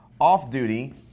off-duty